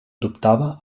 dubtava